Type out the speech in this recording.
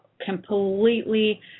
completely